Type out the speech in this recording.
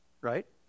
right